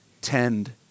Tend